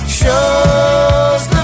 shows